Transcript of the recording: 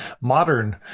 modern